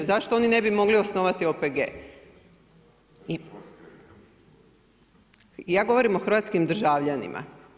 Zašto oni ne bi mogli osnovati OPG? … [[Upadica Bulj, ne čuje se.]] Ja govorim o hrvatskim državljanima.